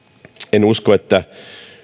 en usko että